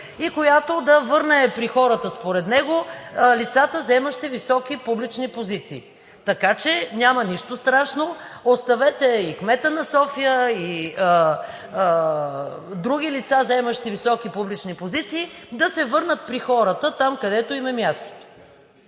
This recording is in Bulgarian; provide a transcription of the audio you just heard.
и която да върне при хората, според него, лицата, заемащи високи публични позиции. Така че няма нищо страшно, оставете и кметът на София, и други лица, заемащи високи публични позиции, да се върнат при хората – там, където им е мястото.